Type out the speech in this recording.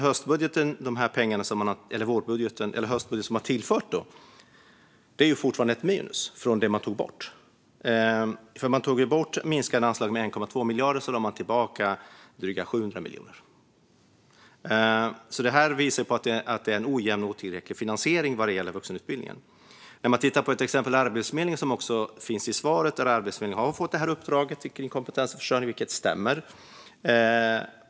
Med de pengar som man tillförde i vårbudgeten är det fortfarande ett minus från det man tog bort. Man minskade anslaget med 1,2 miljarder, och sedan lade man tillbaka drygt 700 miljoner. Detta visar att det är en ojämn och otillräcklig finansiering vad gäller vuxenutbildningen. Vi kan se på exemplet med Arbetsförmedlingen, som statsrådet också tog upp i interpellationssvaret. Arbetsförmedlingen har fått uppdraget kring kompetensförsörjning; det stämmer.